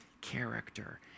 character